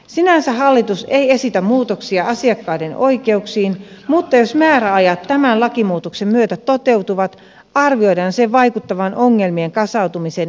sinänsä hallitus ei esitä muutoksia asiakkaiden oikeuksiin mutta jos määräajat tämän lakimuutoksen myötä toteutuvat arvioidaan sen vaikuttavan ongelmien kasautumisen ennaltaehkäisyyn